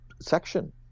section